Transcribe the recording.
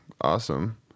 awesome